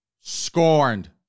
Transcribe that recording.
scorned